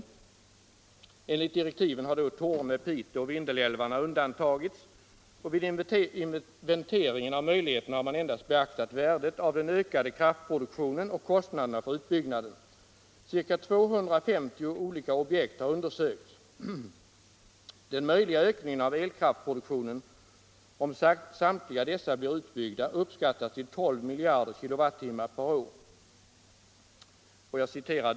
Det heter där: ”Enligt direktiven har Torne-, Piteoch Vindelälvarna undantagits. --—- Vid inventeringen har man endast beaktat värdet av den ökade kraftproduktionen och kostnaderna för utbyggnad. Cirka 250 olika objekt har undersökts. Den möjliga ökningen av elkraftproduktionen om samtliga dessa blir utbyggda uppskattas till 12 miljarder kilowattimmar per år.